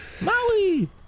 Maui